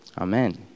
Amen